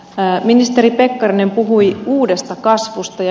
pää ministeri pekkarinen puhui uudesta kasvusta ja